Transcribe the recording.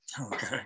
Okay